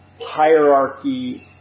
hierarchy